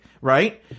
right